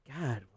God